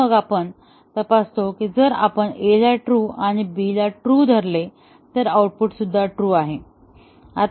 आणि मग आपण तपासतो की जर आपण A ला ट्रू आणि B ला ट्रू धरले तर आउटपुट ट्रू आहे